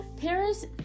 Paris